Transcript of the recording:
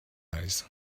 eyes